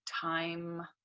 time